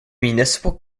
municipal